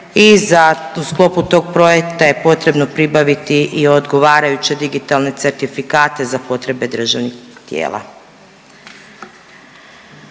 U sklopu ovog projekta potrebno je pribaviti odgovarajuće digitalne certifikate za potrebe državnih tijela.